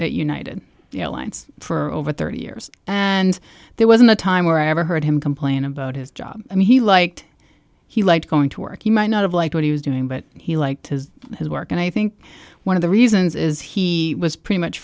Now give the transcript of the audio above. airfreight united airlines for over thirty years and there wasn't a time where i ever heard him complain about his job i mean he liked he liked going to work he might not have liked what he was doing but he liked his work and i think one of the reasons is he was pretty much